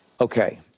Okay